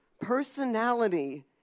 Personality